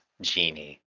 genie